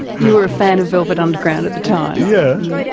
you were a fan of velvet underground at the time. yeah